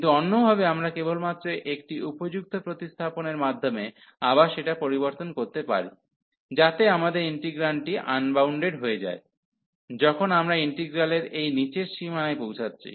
কিন্তু অন্যভাবে আমরা কেবলমাত্র একটি উপযুক্ত প্রতিস্থাপনের মাধ্যমে আবার সেটা পরিবর্তন করতে পারি যাতে আমাদের ইন্টিগ্রান্ডটি আনবাউন্ডেড হয়ে যায় যখন আমরা ইন্টিগ্রালের এই নীচের সীমানায় পৌঁছাচ্ছি